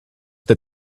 that